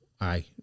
aye